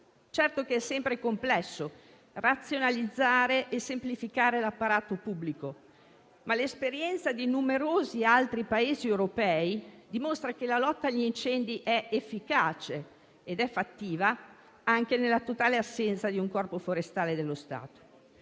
Certo che è sempre complesso razionalizzare e semplificare l'apparato pubblico, ma l'esperienza di numerosi altri Paesi europei dimostra che la lotta agli incendi è efficace ed è fattiva anche nella totale assenza di un Corpo forestale dello Stato.